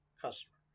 customer